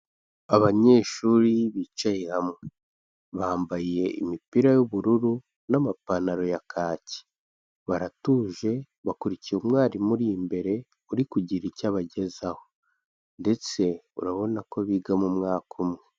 Abanyeshuri bicaye hamwe, bambaye imipira y'ubururu, n'amapantaro ya kaki, baratuje, bakurikiye umwarimu uri imbere, uri kugira icyo abagezaho ndetse urabona ko biga mu mwaka umwe.